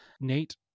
Nate